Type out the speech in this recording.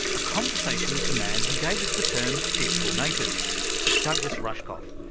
a conversation with the man who gave us the term digital native douglas rushkoff,